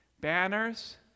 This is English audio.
banners